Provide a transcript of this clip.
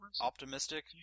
optimistic